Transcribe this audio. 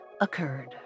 occurred